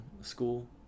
school